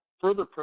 further